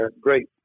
great